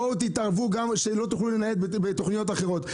בואו תתערבו שלא תוכלו להתנייד בתוכניות אחרות.